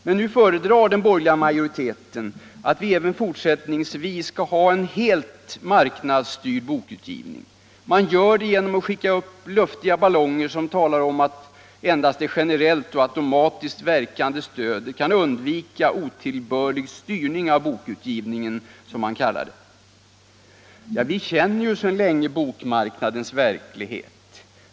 Men nu föredrar den borgerliga utskottsmajoriteten att vi även fortsättningsvis skall ha en helt marknadsstyrd bokutgivning. Man gör det genom att skicka upp luftballonger, genom att tala om att endast det generellt och automatiskt verkande stödet kan undvika otillbörlig styrning av bokutgivningen. Vi känner ju sedan länge bokmarknadens verklighet.